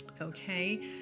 Okay